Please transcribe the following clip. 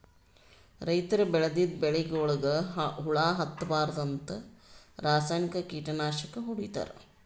ರೈತರ್ ಬೆಳದಿದ್ದ್ ಬೆಳಿಗೊಳಿಗ್ ಹುಳಾ ಹತ್ತಬಾರ್ದ್ಂತ ರಾಸಾಯನಿಕ್ ಕೀಟನಾಶಕ್ ಹೊಡಿತಾರ್